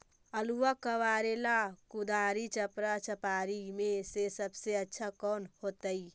आलुआ कबारेला कुदारी, चपरा, चपारी में से सबसे अच्छा कौन होतई?